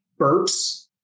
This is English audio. burps